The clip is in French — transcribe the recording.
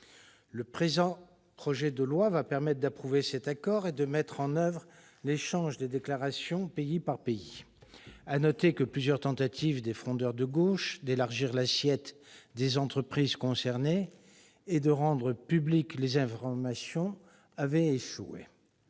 Le présent projet de loi va permettre d'approuver cet accord et de mettre en oeuvre l'échange des déclarations pays par pays. Il faut noter que plusieurs tentatives des « frondeurs » de gauche visant à élargir l'assiette des entreprises concernées et à rendre publiques les informations ont échoué.